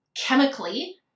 chemically